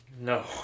No